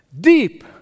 deep